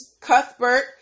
Cuthbert